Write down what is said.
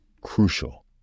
crucial